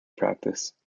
practice